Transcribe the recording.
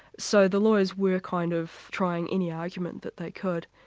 so the lawyers were kind of trying any argument that they could,